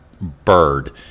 bird